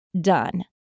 done